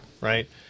Right